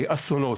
אסונות,